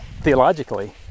theologically